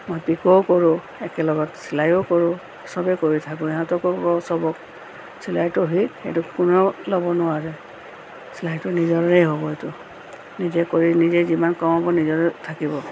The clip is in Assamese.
মই পিক'ও কৰোঁ একেলগত চিলাইয়ো কৰোঁ চবে কৰি থাকোঁ ইহঁতকো কওঁ চবক চিলাইটো শিক এইটো কোনেও ল'ব নোৱাৰে চিলাইটো নিজৰে হ'ব এইটো নিজে কৰি নিজে যিমান কামাব নিজৰে থাকিব